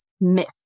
myth